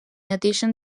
addition